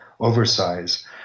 oversize